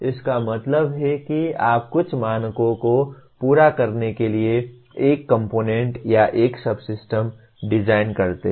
इसका मतलब है कि आप कुछ मानकों को पूरा करने के लिए एक कॉम्पोनेन्ट या एक सबसिस्टम डिज़ाइन करते हैं